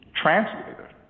translator